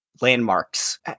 landmarks